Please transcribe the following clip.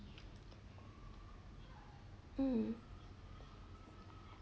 um